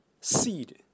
seed